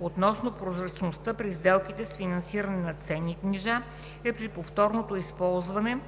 относно прозрачността при сделките с финансиране на ценни книжа и при повторното използване